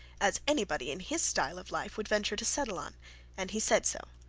as anybody in his style of life would venture to settle on and he said so.